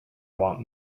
want